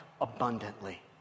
abundantly